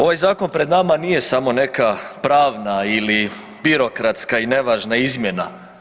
Ovaj zakon pred nama nije samo neka pravna ili birokratska i nevažna izmjena.